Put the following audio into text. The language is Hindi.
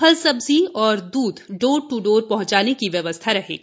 फल सब्जी व द्ध डोर ट् डोर पहचने की व्यवस्था रहेगी